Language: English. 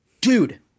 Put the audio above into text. dude